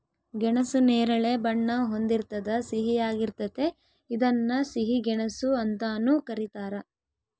ಗೆಣಸು ನೇರಳೆ ಬಣ್ಣ ಹೊಂದಿರ್ತದ ಸಿಹಿಯಾಗಿರ್ತತೆ ಇದನ್ನ ಸಿಹಿ ಗೆಣಸು ಅಂತಾನೂ ಕರೀತಾರ